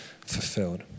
fulfilled